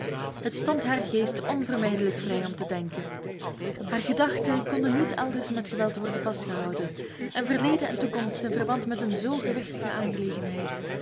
het stond haar geest onvermijdelijk vrij om te denken haar gedachten konden niet elders met geweld worden vastgehouden en verleden en toekomst in verband met een zoo gewichtige aangelegenheid